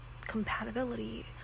compatibility